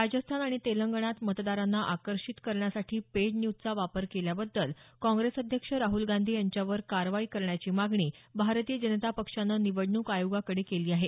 राजस्थान आणि तेलंगणात मतदारांना आकर्षित करण्यासाठी पेड न्यूजचा वापर केल्याबद्दल काँप्रेस अध्यक्ष राहल गांधी यांच्यावर कारवाई करण्याची मागणी भारतीय जनता पक्षानं निवडणूक आयोगाकडे केली आहे